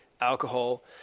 alcohol